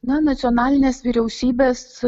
na nacionalinės vyriausybės